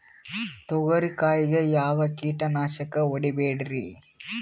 ತೊಗರಿ ಕಾಯಿಗೆ ಯಾವ ಕೀಟನಾಶಕ ಹೊಡಿಬೇಕರಿ?